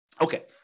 Okay